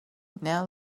now